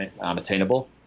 unattainable